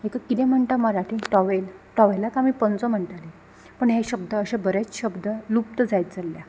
हाका कितें म्हणटा मराठी टॉवेल टॉवेलाक आमी पंचो म्हणटाली पूण हे शब्द अशे बरेच शब्द लुप्त जायत चलल्या